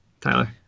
Tyler